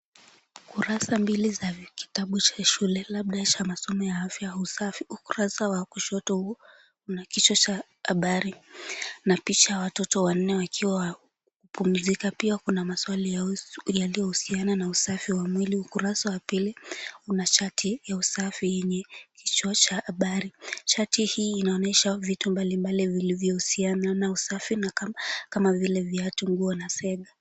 Kurasa mbili za kitabu cha shule labda cha masoma ya afya au usafi. Ukurasa wa kushoto una kichwa cha habari na picha ya watoto wanne wakipumzika pia kuna maswali yaliyohusiana na usafi wa mwili. Ukurasa wa pili una chati ya usafi yenye kichwa cha habari. Chati hii inaonyesha vitu vilivyohusiana na usafi kama vile viatu, nguo na sera.